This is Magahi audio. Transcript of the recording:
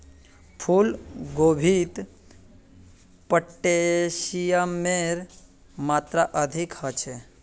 फूल गोभीत पोटेशियमेर मात्रा अधिक ह छे